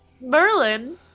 Merlin